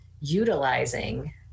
utilizing